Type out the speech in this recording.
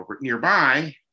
nearby